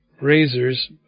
razors